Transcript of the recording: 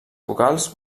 vocals